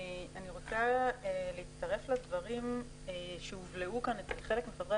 אני רוצה להצטרף לדברים שהובלעו כאן אצל חלק מחברי